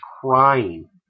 crying